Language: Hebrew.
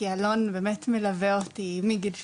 כי אלון באמת מלווה אותי מגיל 17,